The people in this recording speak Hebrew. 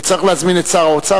וצריך להזמין את משרד האוצר,